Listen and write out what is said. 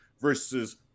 versus